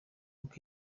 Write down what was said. uko